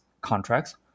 contracts